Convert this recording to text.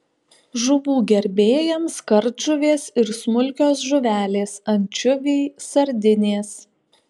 žuvų gerbėjams kardžuvės ir smulkios žuvelės ančiuviai sardinės